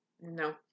no